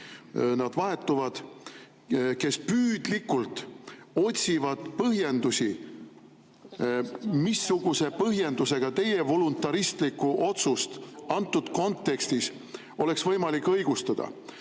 nad vahetuvad –, kes püüdlikult otsib põhjendusi, millega teie voluntaristlikku otsust antud kontekstis oleks võimalik õigustada.